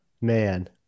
man